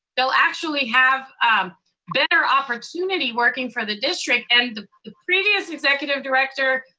they'll actually have better opportunity working for the district. and the the previous executive director,